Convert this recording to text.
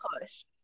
push